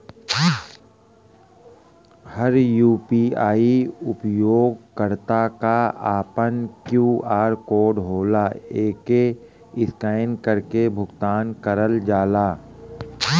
हर UPI उपयोगकर्ता क आपन क्यू.आर कोड होला एके स्कैन करके भुगतान करल जाला